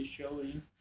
showing